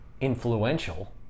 influential